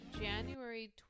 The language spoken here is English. January